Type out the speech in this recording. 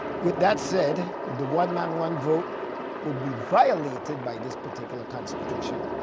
with that said, the one man, one vote will be violated by this particular constitution.